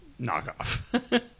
knockoff